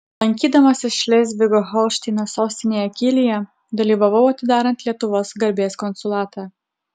lankydamasis šlėzvigo holšteino sostinėje kylyje dalyvavau atidarant lietuvos garbės konsulatą